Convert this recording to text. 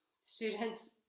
students